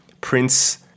Prince